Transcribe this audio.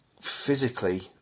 physically